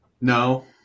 No